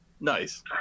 nice